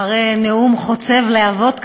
אחרי נאום חוצב להבות כזה,